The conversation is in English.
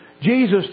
Jesus